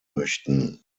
möchten